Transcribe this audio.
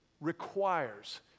requires